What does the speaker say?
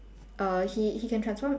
err he he can transform